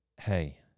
Hey